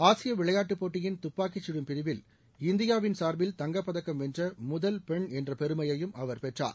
ஆசிய விளையாட்டுப்போட்டியின் துப்பாக்கிச்சுடும் பிரிவில் இந்தியாவின் சார்பில் தங்கப்பதக்கம் வென்ற முதல் பெண் என்ற பெருமையையும் அவர் பெற்றார்